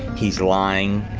he's lying.